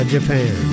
Japan